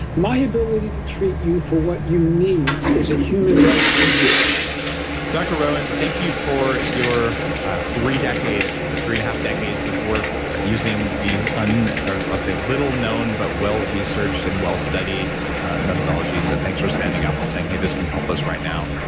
my ability to treat you for what you need, is a human right for you dr. rowen, thank you for your ah three decades, three and a half decades of work using these, ah i'll say, little known but well-researched and well-studied methodologies, and thanks for standing up and saying hey, this can help us right now.